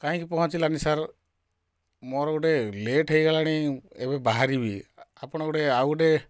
କାହିଁକି ପହଞ୍ଚିଲାନି ସାର ମୋର ଗୋଟେ ଲେଟ୍ ହେଇଗଲାଣି ଏବେ ବାହାରିବି ଆପଣ ଗୋଟେ ଆଉ ଗୋଟେ